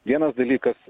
vienas dalykas